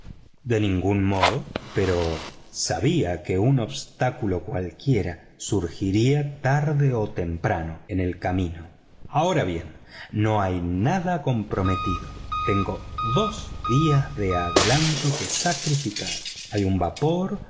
de ningún modo pero sabía que un obstáculo cualquiera surgiría tarde o temprano en el camino ahora bien no hay nada comprometido tengo dos días de adelanto que sacrificar hay un vapor